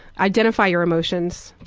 identify your emotions.